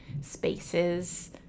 spaces